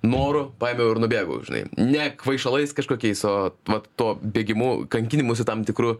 noru paėmiau ir nubėgau žinai ne kvaišalais kažkokiais o vat tuo bėgimu kankinimusi tam tikru